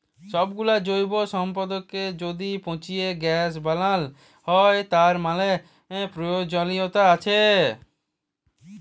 সবগুলা জৈব সম্পদকে য্যদি পচিয়ে গ্যাস বানাল হ্য়, তার ম্যালা প্রয়জলিয়তা আসে